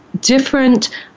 different